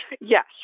Yes